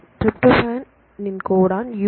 tryptophan இன் codon UGG